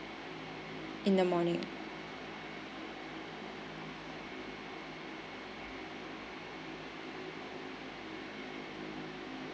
in the morning